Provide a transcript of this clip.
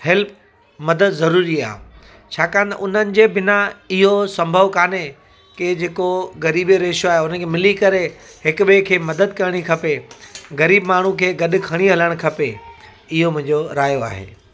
help मदद ज़रूरी आहे छाकाणि त उन्हनि जे बिना इहो संभव काने की जेको ग़रीबी रेशो आहे हुनखे मिली हिकु ॿिए खे मदद करिणी खपे ग़रीबु माण्हू खे गॾु खणी हलणु खपे इहो मुंहिंजो रायो आहे